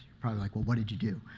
probably like, well, what did you do?